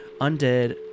undead